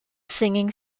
singing